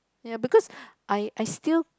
ya because I I still